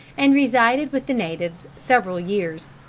and resided with the natives several years.